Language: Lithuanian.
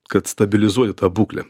kad stabilizuoju tą būklę